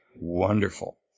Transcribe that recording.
Wonderful